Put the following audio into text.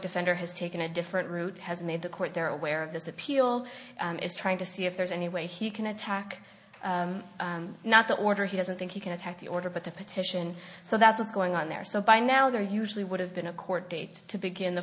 defender has taken a different route has made the court there aware of this appeal is trying to see if there's any way he can attack not the order he doesn't think you can attack the order but the petition so that's what's going on there so by now there usually would have been a court date to begin t